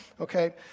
okay